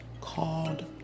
called